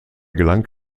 gelang